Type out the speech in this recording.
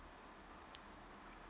oh